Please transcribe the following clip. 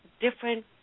different